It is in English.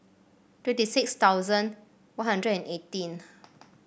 twenty six thousand One Hundred and eighteen